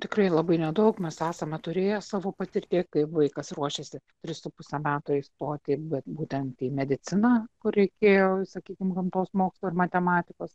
tikrai labai nedaug mes esame turėję savo patirty kaip vaikas ruošėsi tris su puse metų įstoti bet būtent į mediciną kur reikėjo sakykim gamtos mokslų ir matematikos